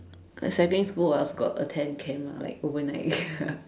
like secondary school I also got attend camp lah like overnight